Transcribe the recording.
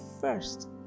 first